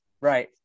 right